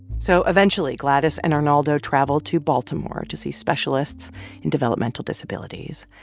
so eventually, gladys and arnaldo travel to baltimore to see specialists in developmental disabilities.